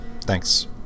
Thanks